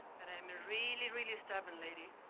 but i'm a really, really stubborn lady.